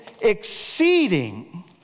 exceeding